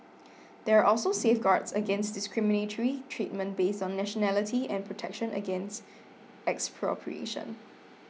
there are also safeguards against discriminatory treatment based on nationality and protection against expropriation